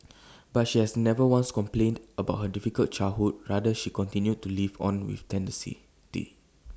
but she has never once complained about her difficult childhood rather she continued to live on with tenacity